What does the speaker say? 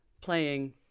playing